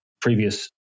previous